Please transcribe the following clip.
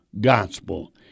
gospel